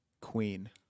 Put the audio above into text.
Queen